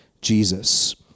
Jesus